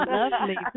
Lovely